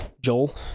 Joel